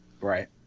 Right